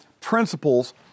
principles